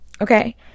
okay